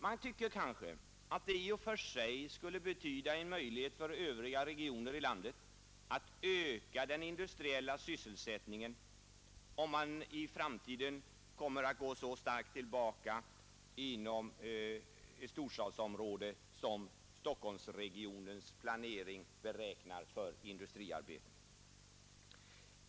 Man tycker kanske att det i och för sig skulle betyda en möjlighet för övriga regioner i landet att öka den industriella sysselsättningen, om den i framtiden kommer att gå så starkt tillbaka inom ett storstadsområde som Stockholmsregionens planering innebär för industriarbetet.